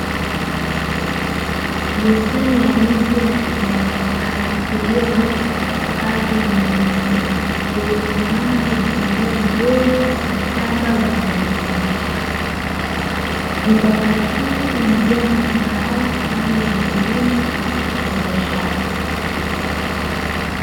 Bustani ya miti ya mapapai iliyoota katika ardhi yenye rutuba, iliyosimama kimpangilio mzuri katika shamba la kijani kibichi. Mipapai hii imejaa matunda hayo kwaajili ya kilimo cha biashara.